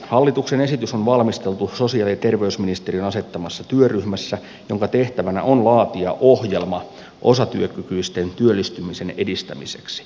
hallituksen esitys on valmisteltu sosiaali ja terveysministeriön asettamassa työryhmässä jonka tehtävänä on laatia ohjelma osatyökykyisten työllistymisen edistämiseksi